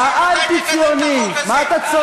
האנטי-ציוני.